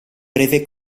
breve